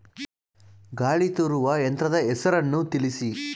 ಗಾಳಿ ತೂರುವ ಯಂತ್ರದ ಹೆಸರನ್ನು ತಿಳಿಸಿ?